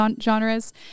genres